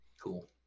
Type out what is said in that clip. Cool